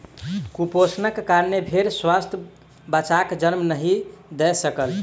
कुपोषणक कारणेँ भेड़ स्वस्थ बच्चाक जन्म नहीं दय सकल